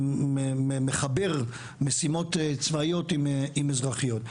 שמחבר משימות צבאיות עם אזרחיות.